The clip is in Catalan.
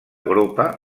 gropa